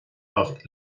acht